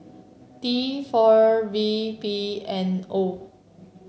T four V P N O